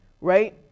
right